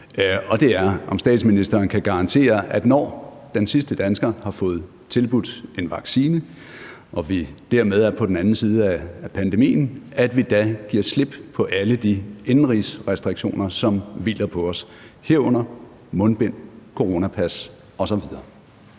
nemlig at statsministeren kan garantere, at vi, når den sidste dansker har fået tilbudt en vaccine, og når vi dermed er på den anden side af pandemien, giver slip på alle de indenrigsrestriktioner, som hviler på os, herunder mundbind, coronapas osv.